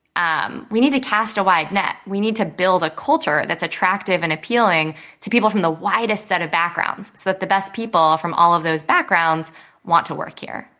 um we need to cast a wide net. we need to build a culture that's attractive and appealing to people from the widest set of backgrounds so that the best people from all of those backgrounds want to work here.